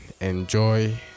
enjoy